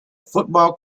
football